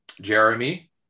Jeremy